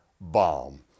bomb